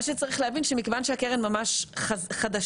מה שצריך להבין שמכיוון שהקרן ממש חדשה,